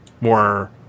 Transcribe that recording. more